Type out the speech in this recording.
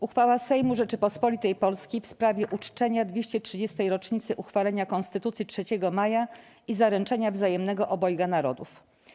Uchwała Sejmu Rzeczypospolitej Polskiej w sprawie uczczenia 230. rocznicy uchwalenia Konstytucji 3 Maja i Zaręczenia Wzajemnego Obojga Narodów.